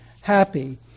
happy